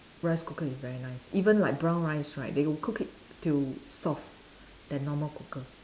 rice cooker is very nice even like brown rice right they will cook it till soft than normal cooker